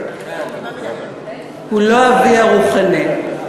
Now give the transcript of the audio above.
הוא לא אבי הרוחני.